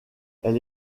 elle